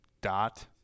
dot